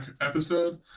episode